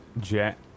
Jet